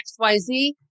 XYZ